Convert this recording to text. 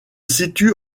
situe